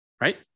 right